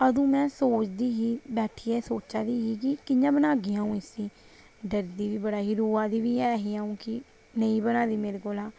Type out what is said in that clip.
अदू में सोचदी ही बैठियै सोचादी ही कि कि'यां बनागी अ'ऊं इसी डरदी बी बड़ी ही रोआ दी बी ऐही नेईं बना दी मेरे कोला